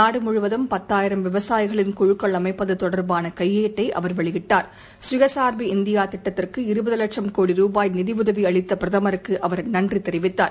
நாடு முழுவதும் பத்தாயிரம் விவசாயிகளின் குழுக்கள் அமைப்பது தொடர்பான கையேட்டை அவர் வெளியிட்டார் சுயசார்பு இந்தியா திட்டத்திற்கு இருபது லட்சும் கோடி ரூபாய் நிதியுதவி அளித்த பிரதமருக்கு அவர் நன்றி தெரிவித்தார்